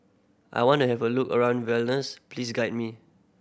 I want have a look around Vilnius please guide me